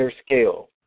scale